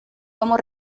lomo